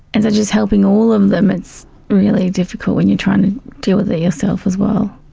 and so just helping all of them, it's really difficult when you're trying to deal with it yourself as well.